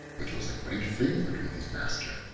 which was a great favorite with his master,